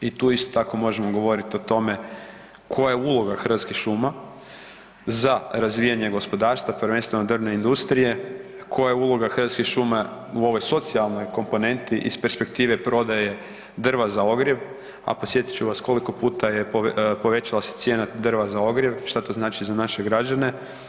I tu isto tako možemo govoriti o tome koja je uloga Hrvatskih šuma za razvijanje gospodarstva, prvenstveno drvne industrije, koja je uloga Hrvatskih šuma u ovoj socijalnoj komponenti iz perspektive prodaje drva za ogrjev, a podsjetit ću vas koliko puta je povećala se cijena drva za ogrjev, šta to znači za naše građane.